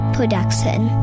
Production